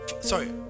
sorry